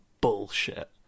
bullshit